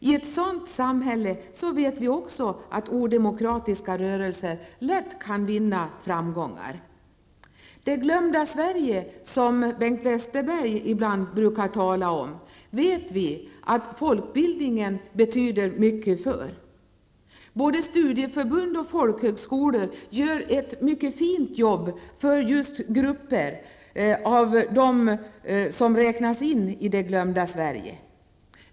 Vi vet också att i ett sådant samhälle kan odemokratiska rörelser lätt vinna framgångar. För ''det glömda Sverige'', som Bengt Westerberg ibland brukar tala om, betyder folkbildningen mycket. Både studieförbund och folkhögskolor uträttar ett mycket fint jobb för de grupper som räknas in i det glömda Sverige.